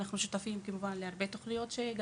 אנחנו שותפים להרבה תוכניות בתחום התזונה,